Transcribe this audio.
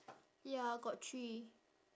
ya got three